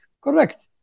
Correct